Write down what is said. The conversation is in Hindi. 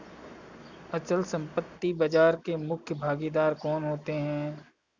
अचल संपत्ति बाजार के मुख्य भागीदार कौन होते हैं?